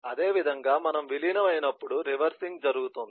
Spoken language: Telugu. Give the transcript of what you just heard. అదేవిధంగా మనము విలీనం అయినప్పుడు రివర్సింగ్ జరుగుతుంది